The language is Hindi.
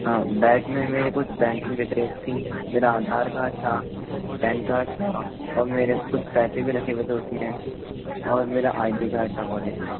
हाँ बैग में मेरे कुछ बैंकिंग डिटेल्स थीं मेरा आधार कार्ड था पैन कार्ड था और मेरे कुछ पैसे भी रखे हुए थे उसमें और मेरा आई डी कार्ड था कॉलेज का